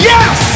Yes